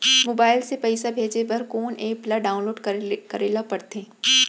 Mobile से पइसा भेजे बर कोन एप ल डाऊनलोड करे ला पड़थे?